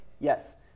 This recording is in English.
Yes